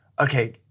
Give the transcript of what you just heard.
Okay